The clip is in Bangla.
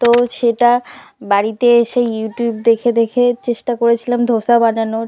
তো সেটা বাড়িতে এসে ইউটিউব দেখে দেখে চেষ্টা করেছিলাম ধোসা বানানোর